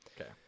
Okay